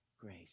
grace